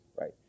right